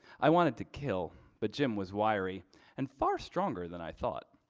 i wanted to kill but jim was wiry and far stronger than i thought.